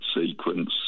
sequence